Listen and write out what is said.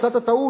עשה את הטעות,